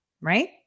right